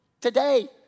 today